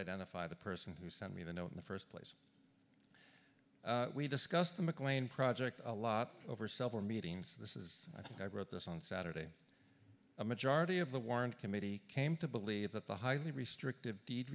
identify the person who sent me the note in the first place we discussed the mclean project a lot over several meetings this is i think i wrote this on saturday a majority of the warren committee came to believe that the highly restrictive deed